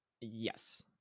Yes